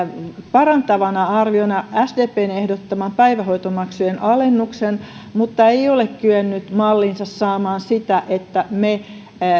parantavana arviona sdpn ehdottaman päivähoitomaksujen alennuksen mutta ei ole kyennyt malliinsa saamaan sitä että me